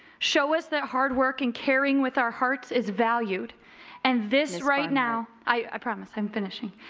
show us that hard work and caring with our hearts is valued and this right now i promise i'm finishing.